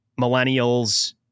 Millennials